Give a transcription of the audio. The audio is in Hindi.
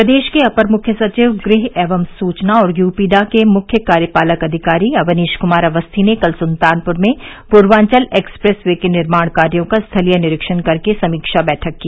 प्रदेश अपर मुख्य सचिव गृह एवं सूचना और यूपीडा के मुख्य कार्यपालक अधिकारी अवनीश कुमार अवस्थी ने कल सुल्तानपुर में पूर्वांचल एक्सप्रेस वे के निर्माण कार्यो का स्थलीय निरीक्षण कर समीक्षा बैठक की